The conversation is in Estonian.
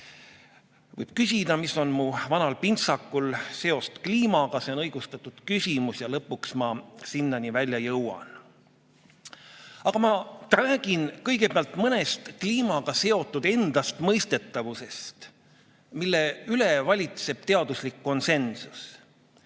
küsida, mis on mu vanal pintsakul seost kliimaga. See on õigustatud küsimus. Lõpuks ma ka sinnani välja jõuan. Ma räägin kõigepealt mõnest kliimaga seotud endastmõistetavusest, mille üle valitseb teaduslik konsensus.